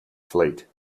fleet